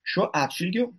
šiuo atžvilgiu